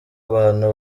abantu